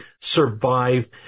survive